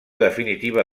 definitiva